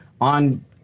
on